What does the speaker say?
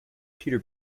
peter